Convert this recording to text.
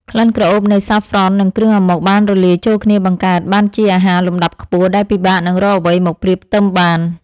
ក្លិនក្រអូបនៃសាហ្វ្រ៉ន់និងគ្រឿងអាម៉ុកបានរលាយចូលគ្នាបង្កើតបានជាអាហារលំដាប់ខ្ពស់ដែលពិបាកនឹងរកអ្វីមកប្រៀបផ្ទឹមបាន។